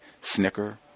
snicker